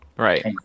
Right